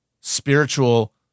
spiritual